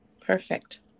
perfect